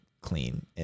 clean